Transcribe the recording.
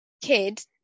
kid